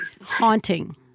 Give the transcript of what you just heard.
haunting